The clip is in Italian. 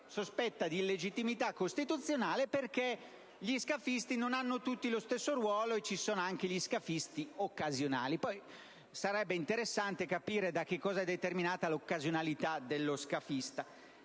sospetta di illegittimità costituzionale, perché gli scafisti non hanno tutti lo stesso ruolo e vi sono anche gli scafisti occasionali (sarebbe interessante capire da cosa sia determinata l'occasionalità dello scafista).